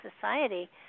society